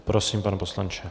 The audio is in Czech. Prosím, pane poslanče.